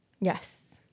Yes